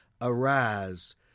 Arise